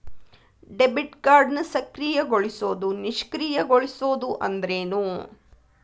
Debit ಕಾರ್ಡ್ನ ಸಕ್ರಿಯಗೊಳಿಸೋದು ನಿಷ್ಕ್ರಿಯಗೊಳಿಸೋದು ಅಂದ್ರೇನು?